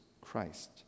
Christ